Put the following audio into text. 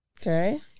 Okay